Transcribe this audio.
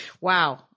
Wow